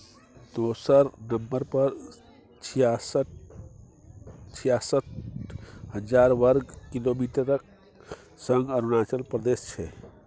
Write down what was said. दोसर नंबर पर छियासठ हजार बर्ग किलोमीटरक संग अरुणाचल प्रदेश छै